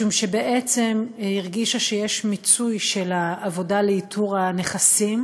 משום שבעצם הרגישה שיש מיצוי של העבודה לאיתור הנכסים,